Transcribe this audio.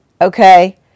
Okay